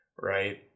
right